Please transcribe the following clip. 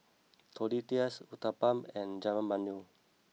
Tortillas Uthapam and Jajangmyeon